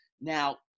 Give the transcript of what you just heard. Now